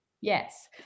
Yes